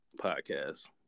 podcast